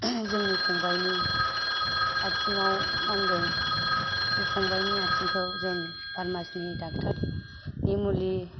जोंनि फंबाइनि आथिंआव नांदों बे फंबाइनि आथिंखौ जों फारमासिनि ड'क्टरनि मुलि